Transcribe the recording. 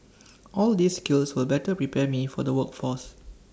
all these skills will better prepare me for the workforce